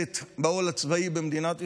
לשאת בעול הצבאי במדינת ישראל,